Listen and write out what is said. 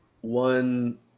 One